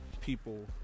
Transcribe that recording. people